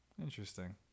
Interesting